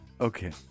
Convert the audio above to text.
Okay